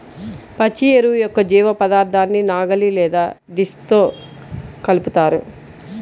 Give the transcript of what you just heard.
పచ్చి ఎరువు యొక్క జీవపదార్థాన్ని నాగలి లేదా డిస్క్తో కలుపుతారు